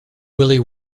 willie